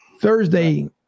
Thursday